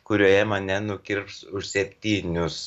kurioje mane nukirps už septynius